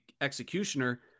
executioner